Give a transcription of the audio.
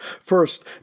First